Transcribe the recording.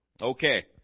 Okay